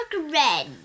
red